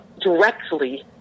directly